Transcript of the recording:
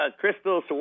crystal